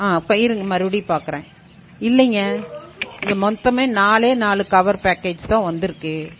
ஆ அப்போ இருங்க மறுபடியும் பார்க்கறேன் இல்லைங்க இங்கே மொத்தமே நாலே நாலு கவர் பேக்கேஜ் தான் வந்திருக்கு